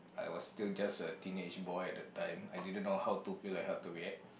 I was still just a teenage boy at the time I didn't know how to feel like how to react